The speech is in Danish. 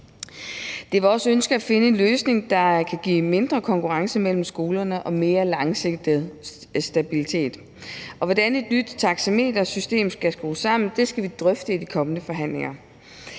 Det er vores ønske at finde en løsning, der kan give mindre konkurrence mellem skolerne og mere langsigtet stabilitet. Hvordan et nyt taxametersystem skal skrues sammen, skal vi drøfte i de kommende forhandlinger.